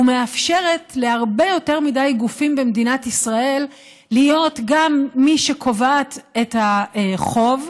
ומאפשרת להרבה יותר מדי גופים במדינת ישראל להיות גם מי שקובעת את החוב,